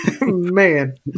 Man